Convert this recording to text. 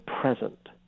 present